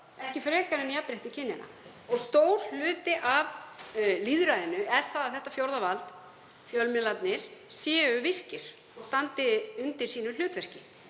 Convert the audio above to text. ekki frekar en jafnrétti kynjanna. Stór hluti af lýðræðinu er að þetta fjórða vald, fjölmiðlarnir, sé virkt og standi undir hlutverki